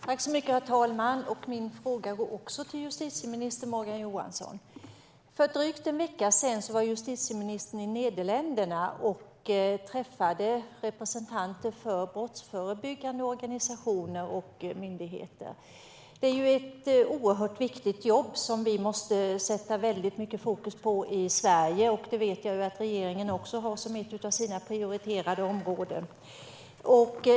Herr talman! Också min fråga går till justitieminister Morgan Johansson. För drygt en vecka sedan var justitieministern i Nederländerna och träffade representanter för brottsförebyggande organisationer och myndigheter. Det brottsförebyggande arbetet är oerhört viktigt, och vi måste sätta stort fokus på det i Sverige. Jag vet att regeringen har det som ett av sina prioriterade områden.